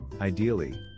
Ideally